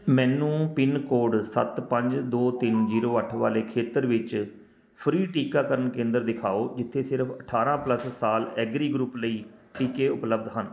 ਮੈਨੂੰ ਪਿੰਨਕੋਡ ਸੱਤ ਪੰਜ ਦੋ ਤਿੰਨ ਜ਼ੀਰੋ ਅੱਠ ਵਾਲੇ ਖੇਤਰ ਵਿੱਚ ਫ੍ਰੀ ਟੀਕਾਕਰਨ ਕੇਂਦਰ ਦਿਖਾਓ ਜਿੱਥੇ ਸਿਰਫ਼ ਅਠਾਰ੍ਹਾਂ ਪਲੱਸ ਸਾਲ ਐਗਰੀ ਗਰੁੱਪ ਲਈ ਟੀਕੇ ਉਪਲਬਧ ਹਨ